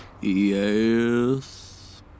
Yes